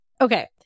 Okay